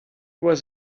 was